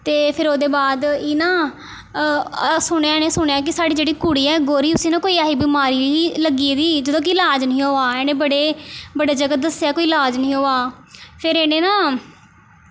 ते फिर ओह्दे बाद एह् ना सुनेआ इ'नें सुनेआ कि साढ़ी जेह्ड़ी कुड़ी ऐ गौरी उसी ना कोई ऐही बमारी होई लग्गी गेदी ही जेह्दा कि लाज़ निं होआ दा हा इनें बड़े बड़े जगह दस्सेआ कोई लाज़ निं ही होआ दा फिर इ'नें ना